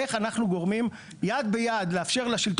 איך אנחנו גורמים יד ביד לאפשר לשלטון